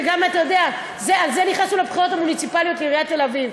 על זה נכנסנו לבחירות המוניציפליות לעיריית תל-אביב.